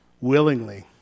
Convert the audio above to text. willingly